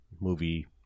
movie